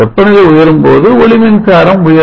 வெப்பநிலை உயரும்போது ஒளி மின்சாரம் உயரும்